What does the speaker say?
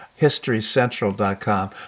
HistoryCentral.com